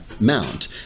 mount